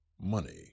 money